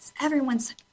everyone's